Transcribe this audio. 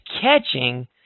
catching